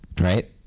right